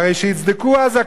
הרי שיצדקו אז הכנענים,